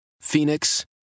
Phoenix